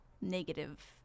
negative